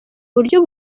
buryo